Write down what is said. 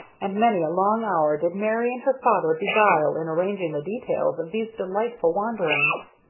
and many a long hour did mary and her father beguile in arranging the details of these delightful wanderings.